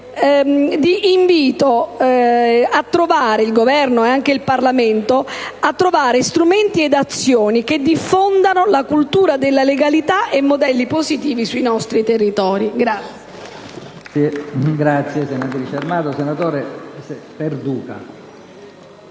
invitare il Governo, ed anche il Parlamento, a trovare strumenti e azioni che diffondano la cultura della legalità e modelli positivi sui nostri territori.